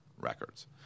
records